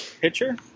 Pitcher